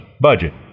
budget